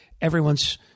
everyone's